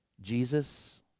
Jesus